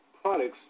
products